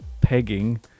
pegging